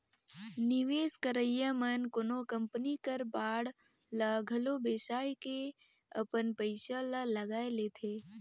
निवेस करइया मन कोनो कंपनी कर बांड ल घलो बेसाए के अपन पइसा ल लगाए लेथे